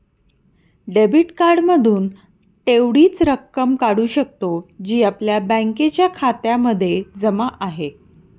debit card मधून तेवढीच रक्कम काढू शकतो, जी आपल्या बँकेच्या खात्यामध्ये जमा आहे